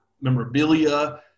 memorabilia